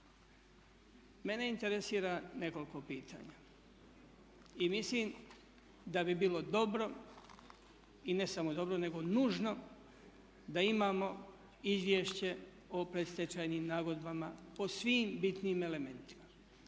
Mene interesira nekoliko pitanja i mislim da bi bilo dobro, i ne samo dobro nego nužno, da imamo Izvješće o predstečajnim nagodbama po svim bitnim elementima.